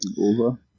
over